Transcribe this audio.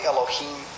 Elohim